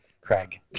Craig